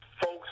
folks